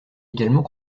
également